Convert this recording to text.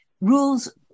rules